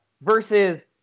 versus